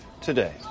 today